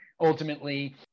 ultimately